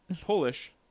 Polish